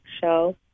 show